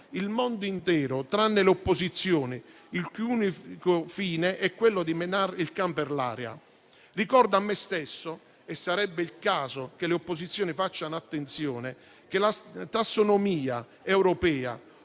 il mondo intero, tranne l'opposizione, il cui unico fine è quello di menare il can per l'aia. Ricordo a me stesso - e sarebbe il caso che le opposizioni facessero attenzione - che la tassonomia europea,